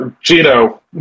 Gino